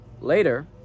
Later